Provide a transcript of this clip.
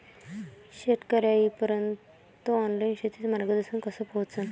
शेतकर्याइपर्यंत ऑनलाईन शेतीचं मार्गदर्शन कस पोहोचन?